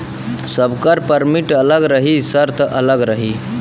सबकर परमिट अलग रही सर्त अलग रही